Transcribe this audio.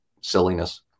silliness